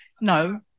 No